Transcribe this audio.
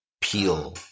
peel